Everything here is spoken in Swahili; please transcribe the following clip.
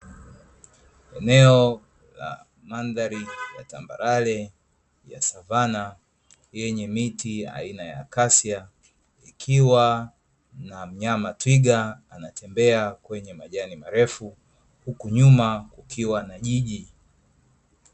Eneo la mandhari ya tambarare ya savana yenye miti aina ya kasia, ikiwa na mnyama twiga anatembea kwenye majani marefu huku nyuma kukiwa na jiji.